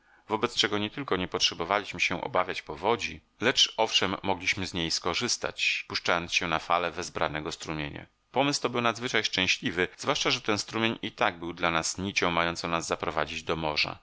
wobec czego nie tylko nie potrzebowaliśmy się obawiać powodzi lecz owszem mogliśmy z niej skorzystać puszczając się na fale wezbranego strumienia pomysł to był nadzwyczaj szczęśliwy zwłaszcza że ten strumień i tak był dla nas nicią mającą nas zaprowadzić do morza